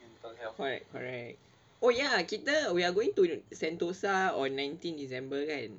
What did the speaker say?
right correct oh ya kita we are going to sentosa on nineteen december kan